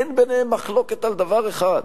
אין ביניהם מחלוקת על דבר אחד,